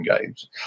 games